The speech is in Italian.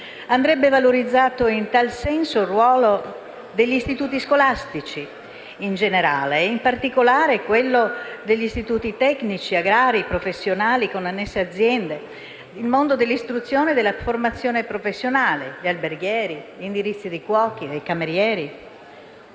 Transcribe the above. Andrebbe valorizzato in tal senso il ruolo degli istituti scolastici in generale e, in particolare, quello degli istituti tecnici agrari e professionali con annesse aziende, il mondo dell'istruzione e della formazione professionale (alberghieri, indirizzi di cuochi, camerieri).